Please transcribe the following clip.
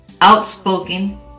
outspoken